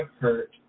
hurt